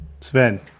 Sven